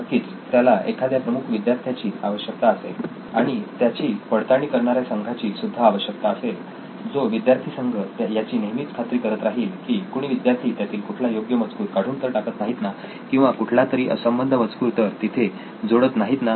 नक्कीच त्याला एखाद्या प्रमुख विद्यार्थ्याची आवश्यकता असेल आणि त्याची पडताळणी करणाऱ्या संघाची सुद्धा आवश्यकता असेल जो विद्यार्थीसंघ याची नेहमी खात्री करत राहील की कुणी विद्यार्थी त्यातील कुठला योग्य मजकूर काढून तर टाकत नाहीत ना किंवा कुठला तरी असंबद्ध मजकूर तर तिथे जोडत नाहीत ना